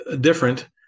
different